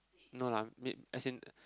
no lah may~ as in